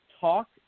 talk